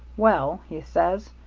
well, he says,